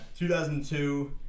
2002